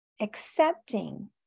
Accepting